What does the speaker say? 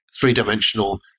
three-dimensional